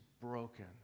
broken